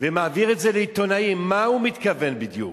ומעביר את זה לעיתונאי, למה הוא מתכוון בדיוק?